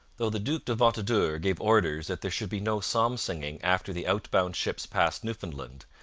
though the duc de ventadour gave orders that there should be no psalm-singing after the outbound ships passed newfoundland,